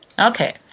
Okay